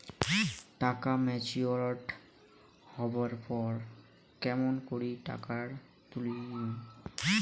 টাকা ম্যাচিওরড হবার পর কেমন করি টাকাটা তুলিম?